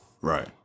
Right